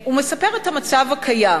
הוא מספר את המצב הקיים,